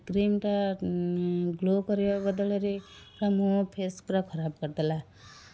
ଆଉ ସେ କ୍ରିମ୍ଟା ଗ୍ଲୋ କରିବା ବଦଳରେ ପୁରା ମୁଁହ ଫେସ୍ ପୁରା ଖରାପ କରିଦେଲା